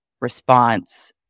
response